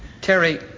Terry